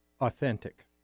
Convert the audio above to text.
authentic